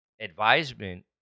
advisement